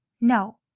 no